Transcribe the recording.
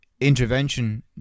intervention